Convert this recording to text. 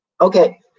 Okay